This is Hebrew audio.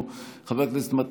חבר הכנסת יצחק פינדרוס,